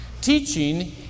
Teaching